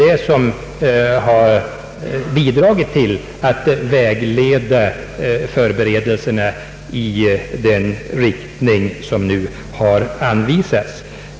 Det har väl bidragit till att vägleda förberedelserna i den riktning som nu anvisats.